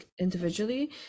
individually